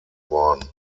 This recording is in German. worden